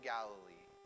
Galilee